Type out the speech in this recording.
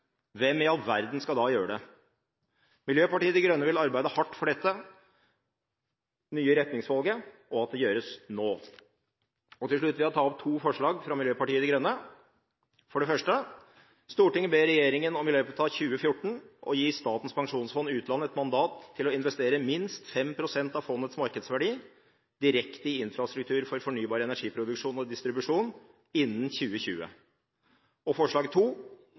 hvem i all verden skal da gjøre det? Miljøpartiet De Grønne vil arbeide hardt for at dette nye retningsvalget gjøres nå. Til slutt vil jeg ta opp to forslag fra Miljøpartiet De Grønne. Forslag nr. 1: «Stortinget ber regjeringen om i løpet av 2014 å gi Statens pensjonsfond utland et mandat til å investere minst 5 pst. av fondets markedsverdi direkte i infrastruktur for fornybar energiproduksjon og distribusjon innen 2020.» Forslag